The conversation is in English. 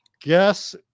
guess